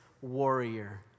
warrior